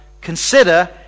consider